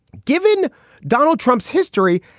given donald trump's history,